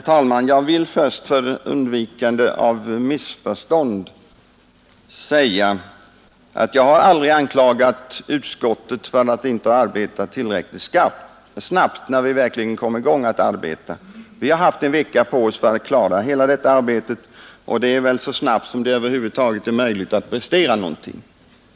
Herr talman! För undvikande av missförstånd vill jag först säga att jag aldrig har anklagat utskottet för att inte ha arbetat tillräckligt snabbt när arbetet verkligen kom i gång. Vi har haft en vecka på oss för att klara av hela detta stora arbete, och det är väl så snabbt som det över huvud taget är möjligt att prestera någonting av det slag det har gäller.